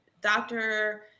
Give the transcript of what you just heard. doctor